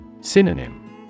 Synonym